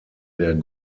der